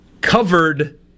covered